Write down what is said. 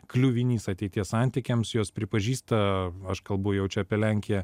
kliuvinys ateities santykiams jos pripažįsta aš kalbu jau čia apie lenkiją